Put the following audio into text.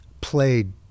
played